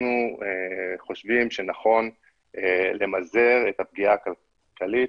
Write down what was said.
אנחנו חושבים שנכון למזער את הפגיעה הכלכלית